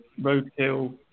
roadkill